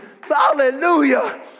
Hallelujah